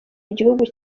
igihugu